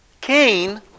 Cain